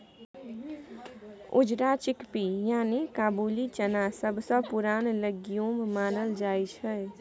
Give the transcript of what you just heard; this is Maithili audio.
उजरा चिकपी यानी काबुली चना सबसँ पुरान लेग्युम मानल जाइ छै